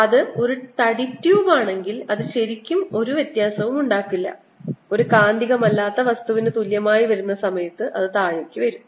അത് ഒരു തടി ട്യൂബ് ആണെങ്കിൽ അത് ശരിക്കും ഒരു വ്യത്യാസവും ഉണ്ടാക്കില്ല ഒരു കാന്തികമല്ലാത്ത വസ്തുവിനു തുല്യമായി വരുന്ന സമയത്ത് അത് താഴേക്ക് വരും